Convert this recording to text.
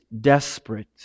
desperate